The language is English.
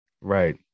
Right